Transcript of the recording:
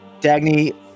Dagny